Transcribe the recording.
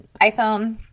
iPhone